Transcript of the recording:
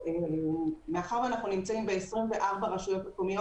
מאחר שאנחנו נמצאים ב-24 רשויות מקומיות